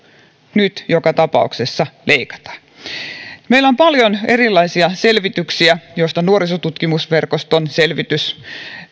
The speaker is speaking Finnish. nyt joka tapauksessa leikataan meillä on paljon erilaisia selvityksiä joista yksi on nuorisotutkimusverkoston selvitys